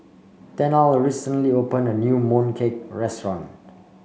Tennille recently opened a new Mooncake restaurant